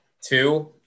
Two